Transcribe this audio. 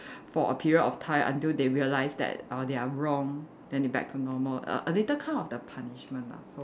for a period of time until they realise that err they are wrong then they back to normal err a little kind of the punishment lah so